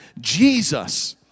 Jesus